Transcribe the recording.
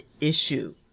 issue